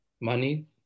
money